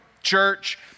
church